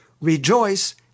Rejoice